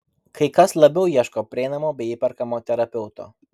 kai kas labiau ieško prieinamo bei įperkamo terapeuto